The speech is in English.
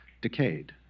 decayed